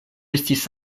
estis